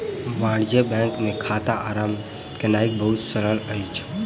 वाणिज्य बैंक मे खाता आरम्भ केनाई बहुत सरल अछि